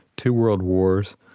two world wars,